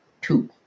two